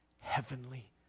heavenly